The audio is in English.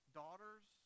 daughters